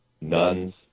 nuns